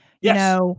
Yes